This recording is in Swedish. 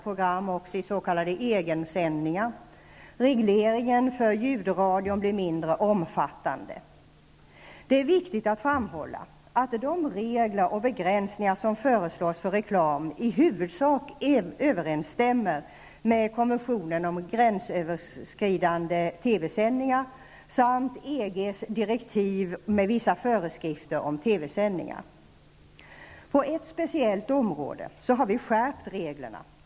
Regleringen för ljudradion blir mindre omfattande. Det är viktigt att framhålla att de regler och begränsningar som föreslås för reklam i huvudsak överensstämmer med konventionen om gränsöverskridande TV-sändningar samt EGs direktiv med vissa föreskrifter om TV-sändningar. På ett speciellt område har vi skärpt reglerna.